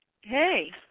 Hey